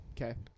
Okay